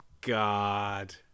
god